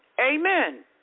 amen